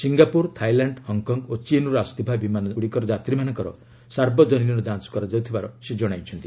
ସିଙ୍ଗାପ୍ରର Thailand Hong Kong ଓ ଚୀନ୍ରୁ ଆସୁଥିବା ବିମାନଗୁଡ଼ିକର ଯାତ୍ରୀମାନଙ୍କର ସାର୍ବଜନୀନ ଯାଞ୍ଚ କରାଯାଉଥିବାର ସେ ଜଣାଇଛନ୍ତି